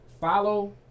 follow